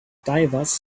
divers